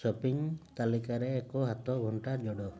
shopping ତାଲିକାରେ ଏକ ହାତ ଘଣ୍ଟା ଯୋଡ଼